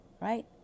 right